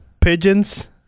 pigeons